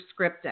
scripting